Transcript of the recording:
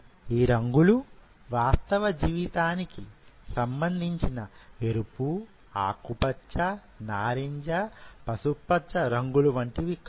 ఈ రంగులు వాస్తవ జీవితానికి సంబంధించిన ఎరుపు ఆకుపచ్చ నారింజ పసుపు పచ్చ రంగులు వంటివి కావు